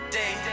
day